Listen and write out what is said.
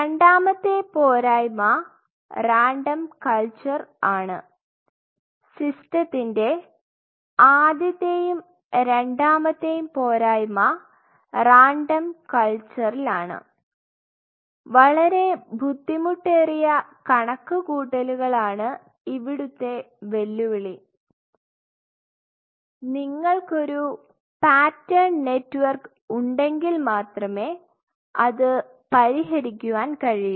രണ്ടാമത്തെ പോരായ്മ random culture ആണ് സിസ്റ്റത്തിൻറെ ആദ്യത്തെയും രണ്ടാമത്തെയും പോരായ്മ റാൻഡം കൾച്ചറിലാണ് വളരെ ബുദ്ധിമുട്ടേറിയ കണക്കുകൂട്ടലുകൾ ആണ് ഇവിടുത്തെ വെല്ലുവിളി നിങ്ങൾക്കൊരു പാറ്റേൺ നെറ്റ്വർക്ക് ഉണ്ടെങ്കിൽ മാത്രമേ അത് പരിഹരിക്കുവാൻ കഴിയൂ